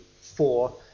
four